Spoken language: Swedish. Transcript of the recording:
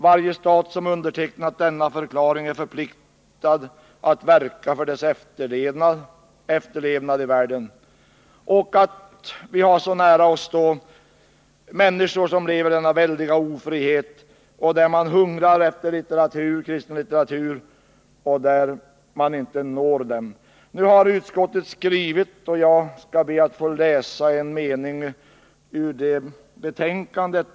Varje stat som undertecknat denna förklaring är förpliktad att verka för dess efterlevnad i världen.” Vi påpekar också att vi så nära oss har människor som lever i denna väldiga ofrihet, där man hungrar efter kristen litteratur men där man inte når Jag skall be att få läsa en mening ur utskottets betänkande.